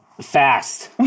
Fast